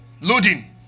loading